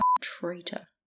traitor